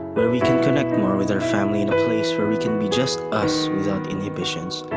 where we can connect more with our family and a place where we can be just us without inhibitions.